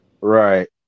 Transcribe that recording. Right